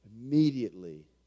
immediately